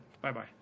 Bye-bye